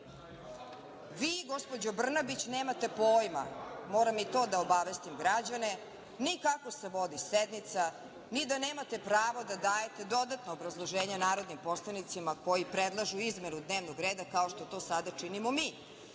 gospođo Brnabić nemate pojma, moram i to da obavestim građane ni kako se vodi sednica, ni da nemate pravo da dajete dodatno obrazloženje narodnim poslanicima koji predlažu izmenu dnevnog reda, kao što to sada činimo mi.